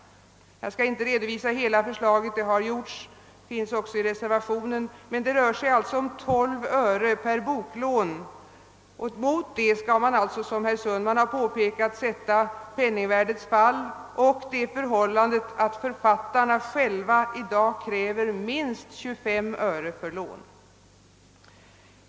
Jag skall inte redovisa hela förslaget — det har redan gjorts här i dag och det görs även i reservationen. Det rör sig alltså om 12 öre per boklån. Mot det skall man, som herr Sundman påpekade, ställa penningvärdets fall och det förhållandet att författarna själva kräver minst 25 öre.